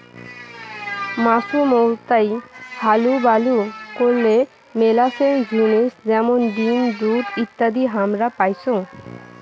মাছুমৌতাই হালুবালু করলে মেলাছেন জিনিস যেমন ডিম, দুধ ইত্যাদি হামরা পাইচুঙ